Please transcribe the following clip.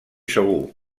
segur